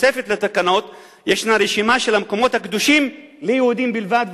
בתוספת לתקנות יש רשימה של המקומות הקדושים ליהודים בלבד,